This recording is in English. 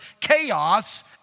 chaos